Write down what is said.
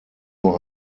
nur